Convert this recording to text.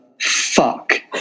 fuck